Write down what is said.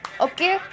okay